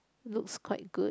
looks quite good